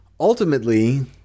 Ultimately